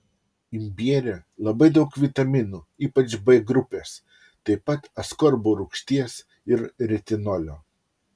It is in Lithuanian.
imbiere labai daug vitaminų ypač b grupės taip pat askorbo rūgšties ir retinolio